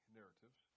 narratives